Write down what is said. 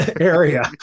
area